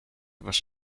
was